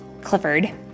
Clifford